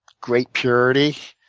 great purity.